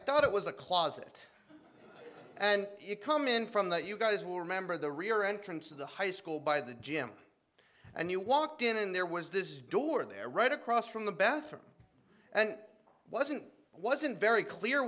thought it was a closet and you come in from that you guys will remember the rear entrance of the high school by the gym and you walked in and there was this door there right across from the bathroom and wasn't wasn't very clear